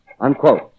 Unquote